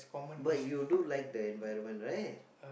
but you do like their invite one right